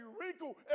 wrinkle